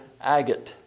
agate